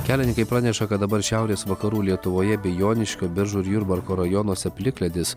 kelininkai praneša kad dabar šiaurės vakarų lietuvoje bei joniškio biržų ir jurbarko rajonuose plikledis